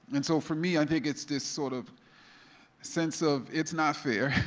and so for me, i think it's this sort of sense of, it's not fair.